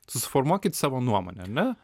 susiformuokit savo nuomonę ar ne